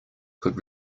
could